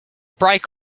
break